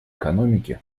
экономики